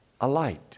alight